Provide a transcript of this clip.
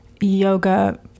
yoga